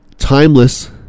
Timeless